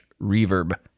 Reverb